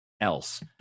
else